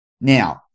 Now